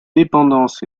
dépendances